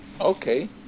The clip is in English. Okay